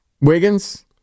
Wiggins